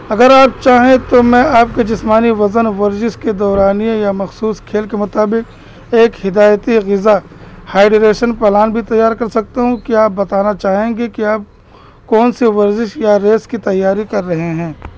اگر آپ چاہیں تو میں آپ کے جسمانی وزن ورزش کے دوران یا مخصوص کھیل کے مطابق ایک ہدایتی غذا ہائیڈریشن پلان بھی تیار کر سکتا ہوں کہ آپ بتانا چاہیں گے کہ آپ کون سی ورزش یا ریس کی تیاری کر رہے ہیں